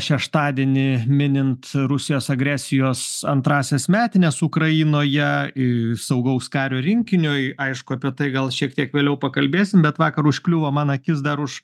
šeštadienį minint rusijos agresijos antrąsias metines ukrainoje saugaus kario rinkiniui aišku apie tai gal šiek tiek vėliau pakalbėsim bet vakar užkliuvo man akis dar už